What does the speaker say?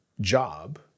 job